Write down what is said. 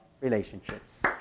relationships